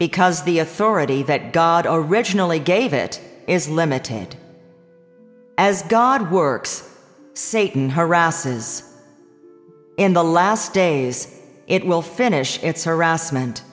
because the authority that god originally gave it is limited as god works satan harasses in the last days it will finish its harassment